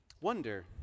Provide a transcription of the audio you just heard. Wonder